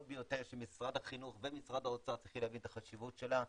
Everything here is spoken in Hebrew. ביותר שמשרד החינוך ומשרד האוצר צריכים להבין את החשיבות שלה.